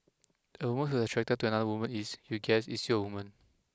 a woman who is attracted to another women is you guessed still a woman